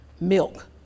milk